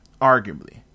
Arguably